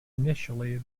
initially